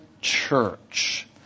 church